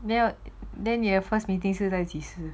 没有 then 你的 first meeting 是在及时